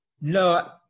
No